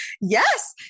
yes